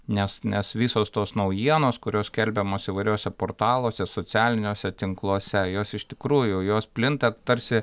nes nes visos tos naujienos kurios skelbiamos įvairiuose portaluose socialiniuose tinkluose jos iš tikrųjų jos plinta tarsi